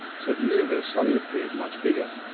so the universe suddenly appeared much bigger.